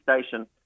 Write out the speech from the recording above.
station